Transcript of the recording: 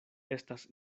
estas